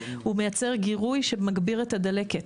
מייצר גירוי שמגביר את הדלקת,